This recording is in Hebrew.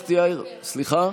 סליחה,